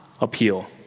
appeal